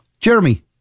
Jeremy